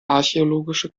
archäologische